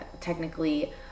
technically